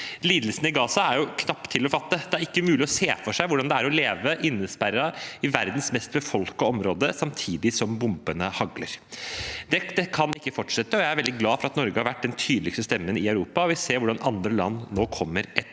Lidelsene i Gaza er knapt til å fatte. Det er ikke mulig å se for seg hvordan det er å leve innesperret i verdens mest befolkede område samtidig som bombene hagler. Dette kan ikke fortsette, og jeg er veldig glad for at Norge har vært den tydeligste stemmen i Europa. Vi ser hvordan andre land nå kommer etter